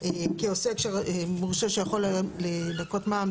כעוסק מורשה שיכול לנכות מע"מ,